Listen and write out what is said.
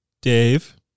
Dave